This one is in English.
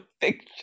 fiction